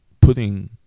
putting